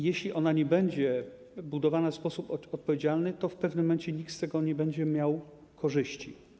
Jeśli ona nie będzie budowana w sposób odpowiedzialny, to w pewnym momencie nikt z tego nie będzie miał korzyści.